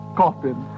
coffin